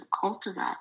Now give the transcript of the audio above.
Cultivate